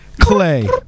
Clay